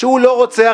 הוא לא רוצח,